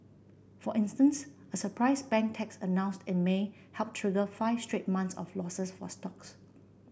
for instance a surprise bank tax announced in May helped trigger five straight months of losses for stocks